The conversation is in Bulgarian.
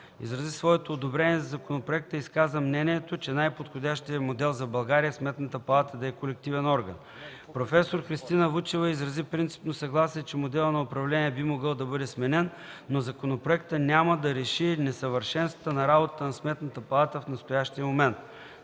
изрази своето одобрение на законопроекта и изказа мнението, че най-подходящият модел за България е Сметната палата да е колективен орган. Професор Христина Вучева изрази принципно съгласие, че моделът на управление би могъл да бъде сменен, но законопроектът няма да реши несъвършенствата на работа на Сметната палата в настоящия момент.